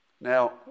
Now